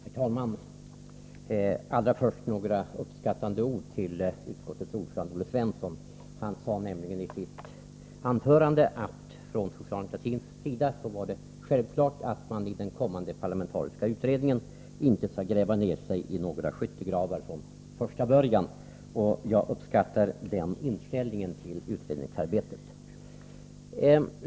Herr talman! Allra först vill jag säga några uppskattande ord till utskottets ordförande Olle Svensson. Han sade i sitt anförande att det från socialdemokratins sida var självklart att man vid den kommande parlamentariska utredningen inte från första början skall gräva ner sig i några skyttegravar. Jag uppskattar den inställningen till utredningsarbetet.